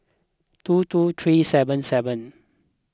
two two three seven seven